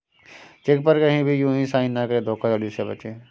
check पर कहीं भी यू हीं साइन न करें धोखाधड़ी से बचे